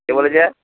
কে বলেছে